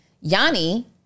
Yanni